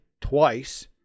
twice